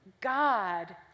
God